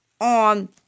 on